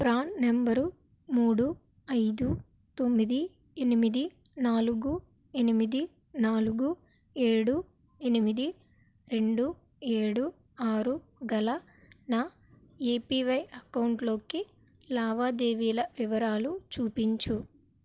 PRAN నంబరు మూడు ఐదు తొమ్మిది ఎనిమిది నాలుగు ఎనిమిది నాలుగు ఏడు ఎనిమిది రెండు ఏడు ఆరు గల నా ఎపివై అకౌంటులోకి లావాదేవీల వివరాలు చూపించుము